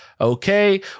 Okay